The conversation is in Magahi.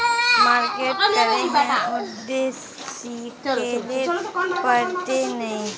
मार्केट करे है उ ते सिखले पड़ते नय?